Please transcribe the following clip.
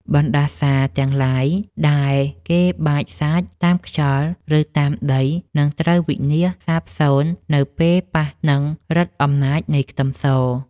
បណ្តាសាទាំងឡាយដែលគេបាចសាចតាមខ្យល់ឬតាមដីនឹងត្រូវវិនាសសាបសូន្យនៅពេលប៉ះនឹងឫទ្ធិអំណាចនៃខ្ទឹមស។